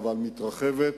אך מתרחבת,